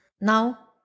now